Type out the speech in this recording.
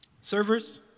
Servers